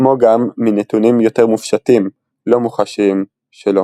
כמו גם מנתונים יותר מופשטים, לא מוחשיים שלו.